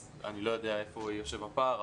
אז אני לא יודע איפה יושב הפער,